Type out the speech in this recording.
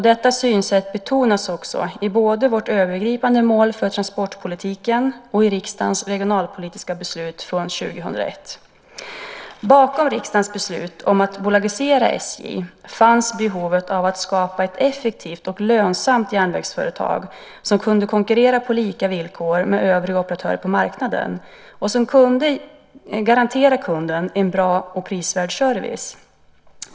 Detta synsätt betonas också i både vårt övergripande mål för transportpolitiken och riksdagens regionalpolitiska beslut från 2001. Bakom riksdagens beslut om att bolagisera SJ fanns behovet av att skapa ett effektivt och lönsamt järnvägsföretag som kunde konkurrera på lika villkor med övriga operatörer på marknaden och som kunde garantera kunden en bra och prisvärd service.